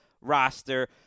roster